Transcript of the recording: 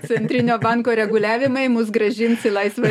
centrinio banko reguliavimai mus grąžins į laisvą